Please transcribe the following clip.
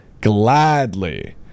Gladly